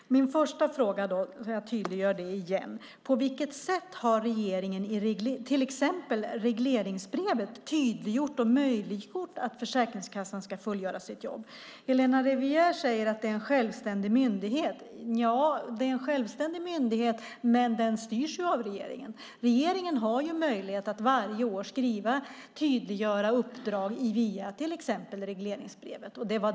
Fru talman! Min första fråga som jag tydliggör igen: På vilket sätt har regeringen i till exempel regleringsbrevet tydliggjort och möjliggjort för Försäkringskassan att fullgöra sitt jobb? Helena Rivière säger att det är en självständig myndighet. Ja, det är en självständig myndighet, men den styrs ju av regeringen. Regeringen har möjlighet att varje år skriva och tydliggöra uppdrag via till exempel regleringsbrevet.